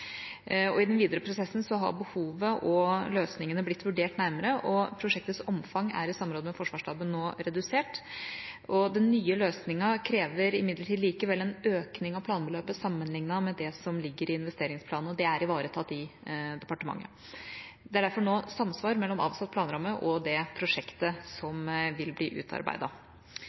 I den videre prosessen har behovet og løsningene blitt vurdert nærmere, og prosjektets omfang er i samråd med Forsvarsstaben nå redusert. Den nye løsningen krever likevel en økning av planbeløpet sammenlignet med det som ligger i investeringsplanene, og det er ivaretatt i departementet. Det er derfor nå samsvar mellom avsatt planramme og det prosjektet som vil bli